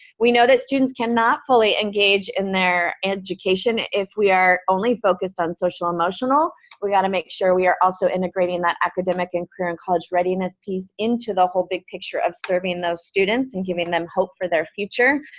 we know that students cannot fully engage in their education if we are only focused on social-emotional. we've got to make sure we are also integrating that academic and career and college readiness piece into the whole big picture of serving those students, and giving them hope for their future.